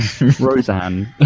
Roseanne